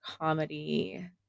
comedy